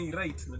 right